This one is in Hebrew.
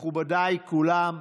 מכובדיי כולם,